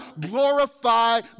glorify